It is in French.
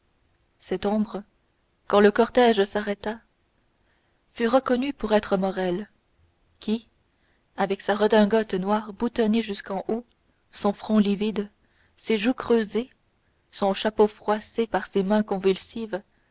cette ombre quand le cortège s'arrêta fut reconnue pour être morrel qui avec sa redingote noire boutonnée jusqu'en haut son front livide ses joues creusées son chapeau froissé par ses mains convulsives